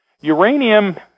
Uranium